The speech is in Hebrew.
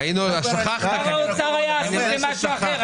שר האוצר היה עסוק במשהו אחר,